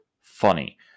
funny